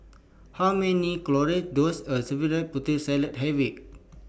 How Many Calories Does A Serving of Putri Salad Have IT